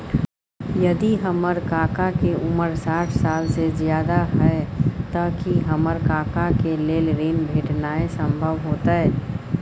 यदि हमर काका के उमर साठ साल से ज्यादा हय त की हमर काका के लेल ऋण भेटनाय संभव होतय?